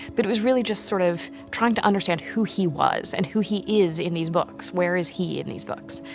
but it was really just sort of trying to understand who he was, and who he is in these books, where is he in these books?